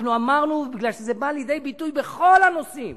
אנחנו אמרנו, בגלל שזה בא לידי ביטוי בכל הנושאים,